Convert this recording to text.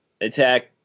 attack